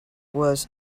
was